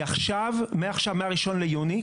מה-1 ביוני,